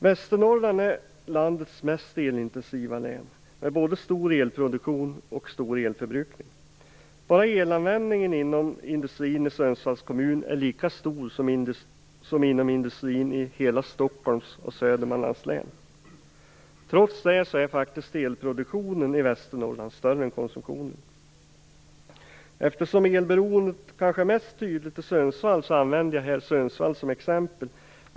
Västernorrland är landets mest elintensiva län, med både stor elproduktion och stor elförbrukning. Bara elanvändningen inom industrin i Sundsvalls kommun är lika stor som inom industrin i hela Stockholms och södra Sörmlands län. Trots det är faktiskt elproduktionen i Västernorrland större än konsumtionen. Eftersom elberoendet kanske är mest tydligt i Sundsvall använder jag Sundsvall som exempel.